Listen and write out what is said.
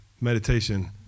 meditation